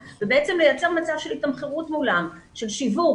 ולייצר מצב של תמחור מולם, של שיווק.